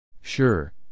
Sure